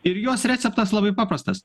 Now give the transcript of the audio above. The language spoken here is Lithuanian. ir jos receptas labai paprastas